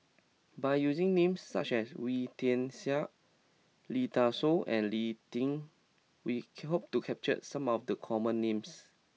by using names such as Wee Tian Siak Lee Dai Soh and Lee Tjin we hope to capture some of the common names